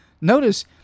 Notice